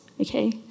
Okay